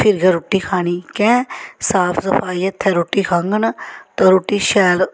फिर गै रुट्टी खानी कैंह् साफ सफाई हत्थै रुट्टी खाङन ते रुट्टी शैल